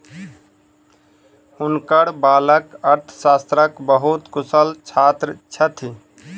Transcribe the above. हुनकर बालक अर्थशास्त्रक बहुत कुशल छात्र छथि